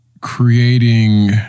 creating